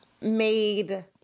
made